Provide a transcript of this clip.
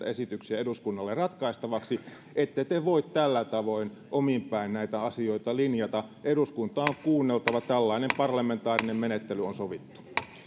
esityksiä eduskunnalle ratkaistavaksi ette te voi tällä tavoin omin päin näitä asioita linjata eduskuntaa on kuunneltava tällainen parlamentaarinen menettely on sovittu